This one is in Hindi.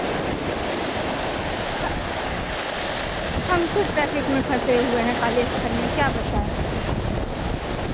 हम खुद ट्राफिक में फँसे हुए हैं काली स्थान में क्या बताएँ